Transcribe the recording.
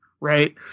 right